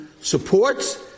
supports